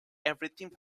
everything